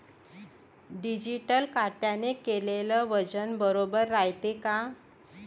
Digital काट्याने केलेल वजन बरोबर रायते का?